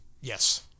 Yes